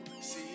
see